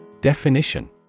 Definition